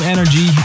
Energy